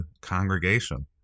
congregation